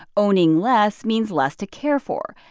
owning less means less to care for.